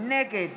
נגד